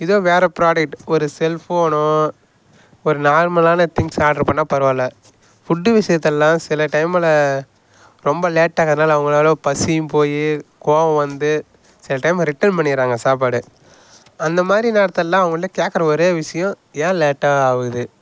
இதுவும் வேற ப்ரோடக்ட் ஒரு செல்ஃபோனோ ஒரு நார்மலான திங்க்ஸ் ஆர்டர் பண்ணால் பரவாயில்ல ஃபுட் விஷயத்துல்லாம் சில டைமில் ரொம்ப லேட்டாகுறதனால அவங்களால பசியும் போய் கோவம் வந்து சில டைம் ரிட்டன் பண்ணிடுறாங்க சாப்பாடு அந்த மாதிரி நேரத்துலல்லாம் அவங்கள்கிட்ட கேட்குற ஒரே விசியம் ஏன் லேட்டாக ஆகுது